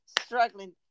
struggling